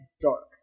dark